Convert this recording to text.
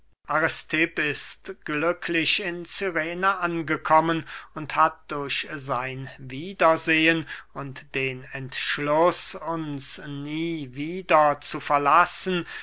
ist glücklich in cyrene angekommen und hat durch sein wiedersehen und den entschluß uns nie wieder zu verlassen